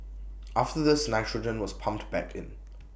after this nitrogen was pumped back in